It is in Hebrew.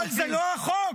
אבל זה לא החוק.